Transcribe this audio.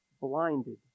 blinded